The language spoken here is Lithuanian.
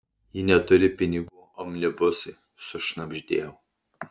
ji neturi pinigų omnibusui sušnabždėjau